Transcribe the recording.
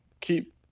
Keep